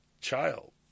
child